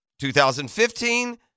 2015